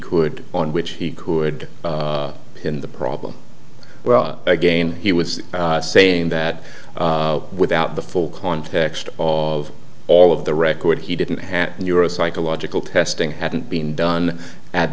could on which he could pin the problem well again he was saying that without the full context of all of the record he didn't happen you're a psychological testing hadn't been done at